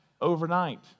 overnight